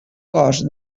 cost